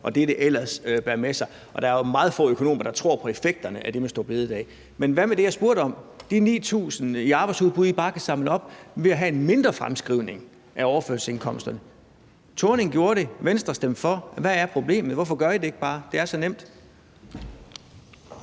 og det, det ellers bærer med sig. Og der er jo meget få økonomer, der tror på effekterne af det med store bededag. Men hvad med det, jeg spurgte om, altså det med de 9.000 i arbejdsudbud, I bare kan samle op ved at foretage en mindre fremskrivning af overførselsindkomsterne? Helle Thorning-Schmidt gjorde det, og Venstre stemte for. Hvad er problemet? Hvorfor gør I det ikke bare? Det er så nemt.